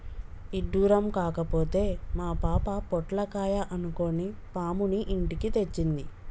ఇడ్డురం కాకపోతే మా పాప పొట్లకాయ అనుకొని పాముని ఇంటికి తెచ్చింది